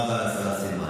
ברוכה הבאה, השרה סילמן.